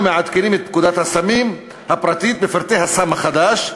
מעדכנים את פקודת הסמים הפרטנית בפרטי הסם החדש,